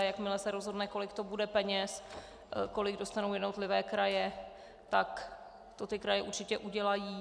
Jakmile se rozhodne, kolik to bude peněz, kolik dostanou jednotlivé kraje, tak to ty kraje určitě udělají.